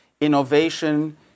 Innovation